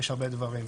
יש הרבה דברים.